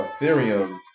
Ethereum